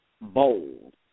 bold